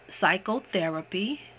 psychotherapy